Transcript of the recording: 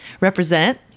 represent